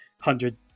hundred